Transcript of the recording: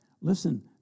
Listen